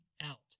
out